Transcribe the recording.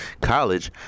college